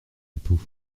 époux